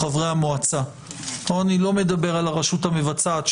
מכיוון שהוא לא אמר את זה ברחל בתך הקטנה,